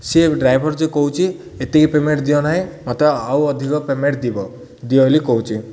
ସିଏ ଡ୍ରାଇଭର୍ ଯେ କହୁଛି ଏତିକି ପେମେଣ୍ଟ୍ ଦିଅ ନାହିଁ ମତେ ଆଉ ଅଧିକ ପେମେଣ୍ଟ୍ ଦେବ ଦିଅ ବୋଲି କହୁଛି